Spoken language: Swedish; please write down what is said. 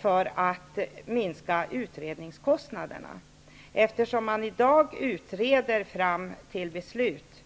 för att minska utredningskostnaderna, eftersom man i dag utreder fram till beslut.